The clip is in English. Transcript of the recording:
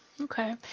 Okay